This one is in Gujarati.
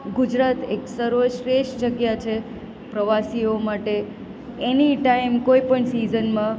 ગુજરાત એક સર્વશ્રેષ્ઠ જગ્યા છે પ્રવાસીઓ માટે એની ટાઈમ કોઈ પણ સીઝનમાં